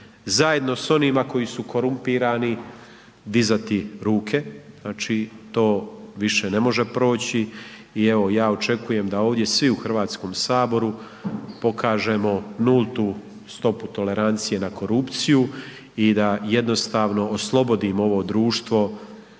zajedno s onima koji su korumpirani dizati ruke. Znači to više ne može proći i evo ja očekujem da ovdje svi u Hrvatskom saboru pokažemo nultu stopu tolerancije na korupciju i da jednostavno oslobodimo ovo društvo